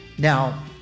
Now